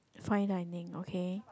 fine dining okay